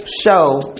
show